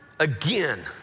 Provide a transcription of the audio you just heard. Again